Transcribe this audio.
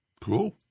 Cool